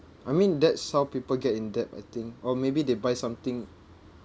I mean that's how people get in debt I think or maybe they buy something